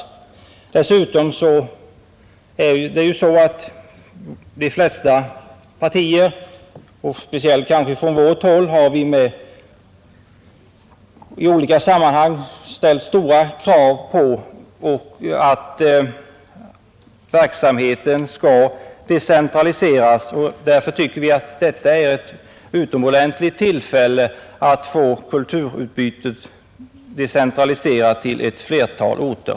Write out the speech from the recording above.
Dessutom är det ju så att de flesta partier — speciellt kanske vårt — i olika sammanhang har ställt stora krav på att verksamheter skall decentraliseras. Vi tycker att detta är ett utomordentligt tillfälle att få kulturutbudet decentraliserat till ett flertal orter.